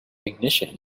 ignition